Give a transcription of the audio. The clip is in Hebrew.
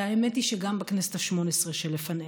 והאמת היא שגם בכנסת השמונה-עשרה שלפניה,